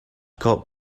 coke